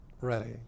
ready